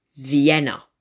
Vienna